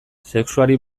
sexuari